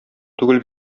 түгел